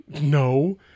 no